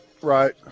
Right